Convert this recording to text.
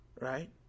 Right